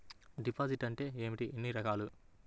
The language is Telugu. డిపాజిట్ అంటే ఏమిటీ ఎన్ని రకాలు?